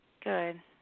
Good